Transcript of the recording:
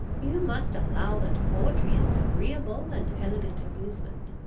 you must allow that poetry is an agreeable and elegant amusement.